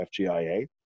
FGIA